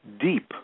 deep